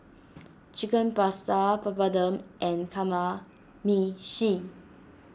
Chicken Pasta Papadum and Kamameshi